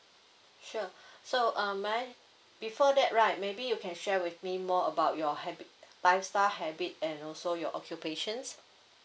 sure so um may I before that right maybe you can share with me more about your habit lifestyle habit and also your occupations